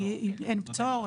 היא אין פטור,